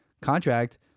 contract